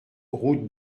route